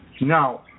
Now